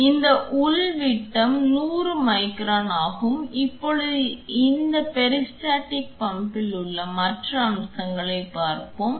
எனவே இந்த உள் விட்டம் 100 மைக்ரான் ஆகும் இப்போது இந்த பெரிஸ்டால்டிக் பம்பில் உள்ள மற்ற அம்சங்களைப் பார்ப்போம்